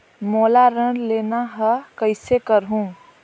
मोला ऋण लेना ह, कइसे करहुँ?